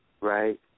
right